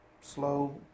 slow